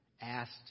Asked